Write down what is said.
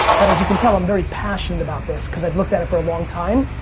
but as you can tell, i'm very passionate about this cause i've looked at it for a long time.